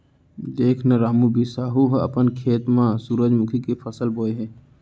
देख न रामू, बिसाहू ह अपन खेत म सुरूजमुखी के फसल बोय हे